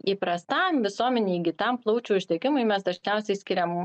įprastam visuomenėj įgytam plaučių uždegimui mes dažniausiai skiriam